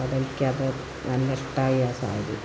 അതെനിക്കത് നല്ല ഇഷ്ടമായി ആ സാരി